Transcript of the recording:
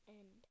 End